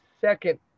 second